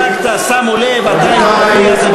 השגת, שמו לב, אתה עם כאפיה.